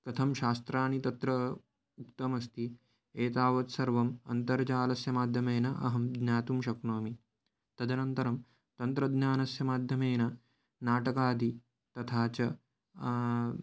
कथं शास्त्रानि तत्रा उक्तमस्ति एतावत् सर्वम् अन्तर्जालस्य माध्यमेन अहं ज्ञातुं शक्नोमि तदनन्तरं तन्त्रज्ञानस्य माध्यमेन नाटकादि तथा च